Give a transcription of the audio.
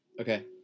okay